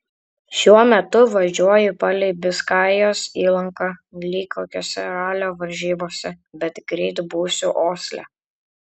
šiuo metu važiuoju palei biskajos įlanką lyg kokiose ralio varžybose bet greit būsiu osle